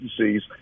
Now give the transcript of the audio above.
agencies